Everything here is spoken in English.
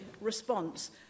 response